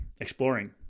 exploring